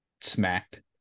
smacked